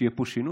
שיהיה פה שינוי.